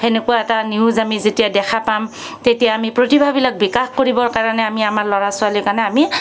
সেনেকুৱা এটা নিউজ আমি যেতিয়া দেখা পাম তেতিয়া আমি প্ৰতিভাবিলাক বিকাশ কৰিবৰ কাৰণে আমি আমাৰ ল'ৰা ছোৱালী কাৰণে আমি